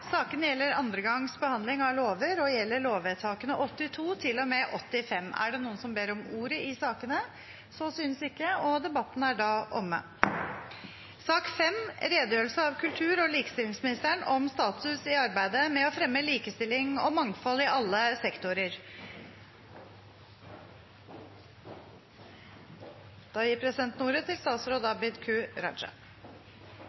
gjelder andre gangs behandling av lover og gjelder lovvedtakene 82 til og med 85. Ingen har bedt om ordet. Likestillingspolitisk redegjørelse 2020 gir en status i arbeidet med å fremme likestilling og mangfold i alle sektorer. Redegjørelsen handler om arbeid, utdanning, kultur og